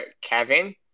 Kevin